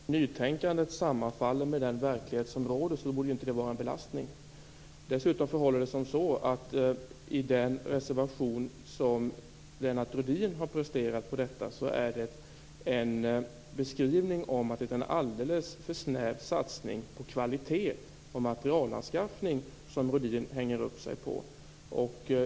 Fru talman! Om nytänkandet sammanfaller med den verklighet som råder, borde det inte vara en belastning. Lennart Rohdin har i den reservation som han har presterat i frågan hängt upp sig på att det är en alldeles för snäv satsning på kvalitet och materialanskaffning.